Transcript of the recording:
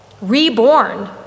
reborn